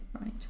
right